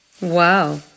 Wow